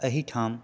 एहिठाम